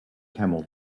camel